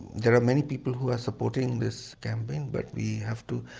there are many people who are supporting this campaign but we have to,